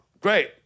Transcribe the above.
great